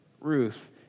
Ruth